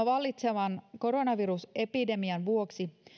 vallitsevan koronavirusepidemian vuoksi